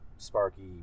Sparky